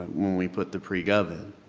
when we put the pre-gov. and